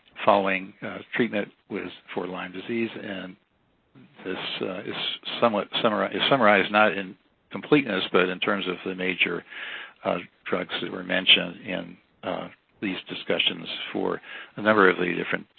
following treatment for lyme disease, and this is somewhat summarized summarized not in completeness, but in terms of the major drugs that were mentioned in these discussions for a number of the different